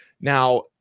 Now